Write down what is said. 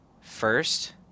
first